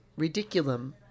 Ridiculum